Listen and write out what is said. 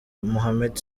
mohamed